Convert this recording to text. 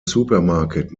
supermarket